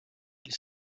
ils